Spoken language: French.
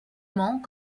mans